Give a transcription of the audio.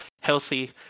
healthy